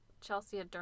Chelsea